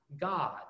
God